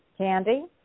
Candy